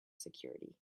security